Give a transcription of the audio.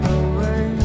away